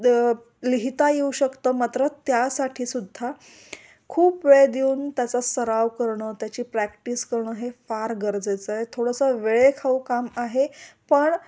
लिहिता येऊ शकतं मात्र त्यासाठी सुद्धा खूप वेळ देऊन त्याचा सराव करणं त्याची प्रॅक्टिस करणं हे फार गरजेचं आहे थोडंसं वेळेखाऊ काम आहे पण